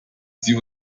sie